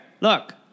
look